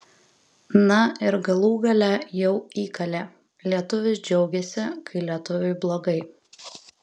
na ir galų gale jau įkalė lietuvis džiaugiasi kai lietuviui blogai